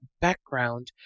background